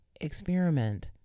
Experiment